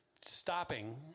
stopping